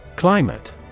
Climate